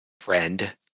friend